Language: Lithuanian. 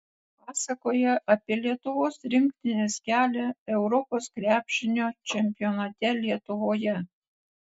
pasakoja apie lietuvos rinktinės kelią europos krepšinio čempionate lietuvoje